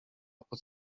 pod